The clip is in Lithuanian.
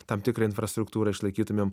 tam tikrą infrastruktūrą išlaikytumėm